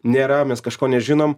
nėra mes kažko nežinom